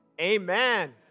amen